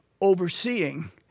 overseeing